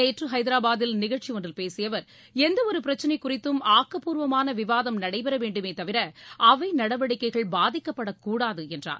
நேற்று ஹைதராபாதில் நிகழ்ச்சி ஒன்றில் பேசிய அவர் எந்த ஒரு பிரச்னை குறித்தும் ஆக்கப்பூர்வமான விவாதம் நடைபெற வேண்டுமே தவிர அவை நடவடிக்கைகள் பாதிக்கப்படக் கூடாது என்றார்